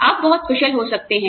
आप बहुत कुशल हो सकते हैं